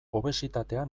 obesitatea